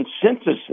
consensus